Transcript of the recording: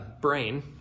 brain